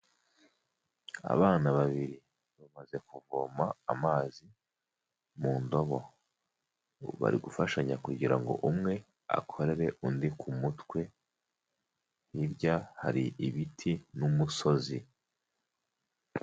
Abana babiri bamaze kuvoma amazi mu ndobo bari gufashanya kugira ngo umwe akorere undi ku mutwe hirya hari ibiti n'umusozi.